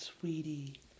sweetie